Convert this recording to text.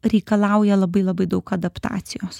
reikalauja labai labai daug adaptacijos